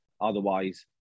Otherwise